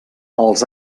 els